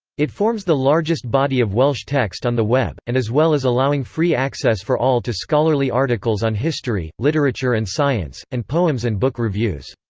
it forms the largest body of welsh text on the web, and as well as allowing free access for all to scholarly articles on history, literature and science, and poems and book reviews.